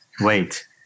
wait